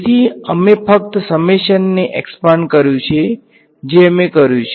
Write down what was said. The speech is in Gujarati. તેથી અમે ફક્ત સમેશન ને એક્સ્પાન્ડ કર્યુ છે જે અમે કર્યું છે